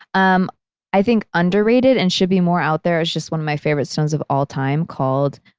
um i think underrated, and should be more out there, is just one of my favorite stones of all time called